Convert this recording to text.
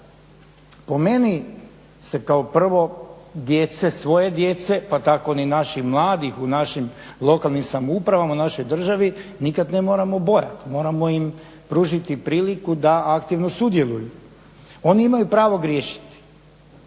po meni se kao prvo djece, svoje djece pa tako ni naših mladih u našim lokalnim samoupravama u našoj državi nikad ne moramo bojati, moramo im pružiti priliku da aktivno sudjeluju. Oni imaju pravo griješiti.